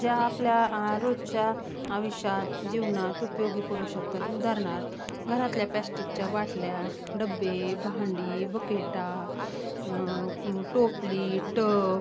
ज्या आपल्या रोजच्या आयुष्यात जीवनात उपयोगी पडू शकतात उदाहरणार्थ घरातल्या पॅश्टिकच्या बाटल्या डब्बे भांडी बकेटा टोपली टप